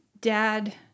dad